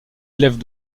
élève